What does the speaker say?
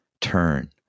turn